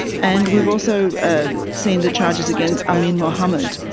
and we've also ah seen the charges against amin mohamed,